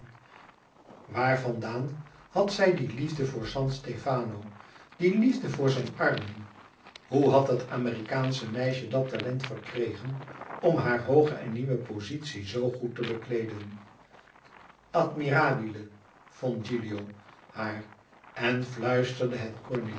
waar vandaan had zij die liefde voor san stefano die liefde voor zijn armen hoe had dat amerikaansche meisje dat talent verkregen om hare hooge en nieuwe pozitie zoo goed te bekleeden admirabile vond gilio haar en fluisterde het